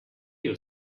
you